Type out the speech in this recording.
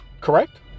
correct